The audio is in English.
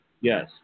Yes